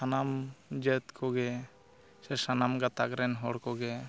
ᱥᱟᱱᱟᱢ ᱡᱟᱹᱛ ᱠᱚᱜᱮ ᱥᱮ ᱥᱟᱱᱟᱢ ᱜᱟᱛᱟᱠ ᱨᱮᱱ ᱦᱚᱲ ᱠᱚᱜᱮ ᱩᱵ